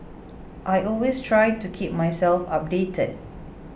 I always try to keep myself updated